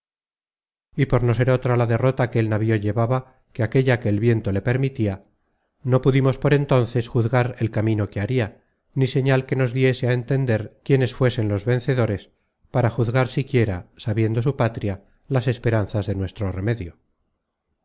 y por no ser otra la derrota que el navío llevaba que aquella que el viento le permitia no pudimos por entonces juzgar el camino que haria ni señal que nos diese á entender quiénes fuesen los vencedores para juzgar siquiera sabiendo su patria las esperanzas de nuestro remedio